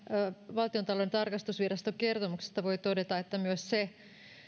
valtiontalouden tarkastusviraston kertomuksesta voi todeta että myös se